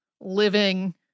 living